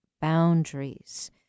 boundaries